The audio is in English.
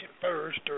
first